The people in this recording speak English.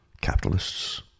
capitalists